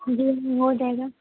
جی ہو جائے گا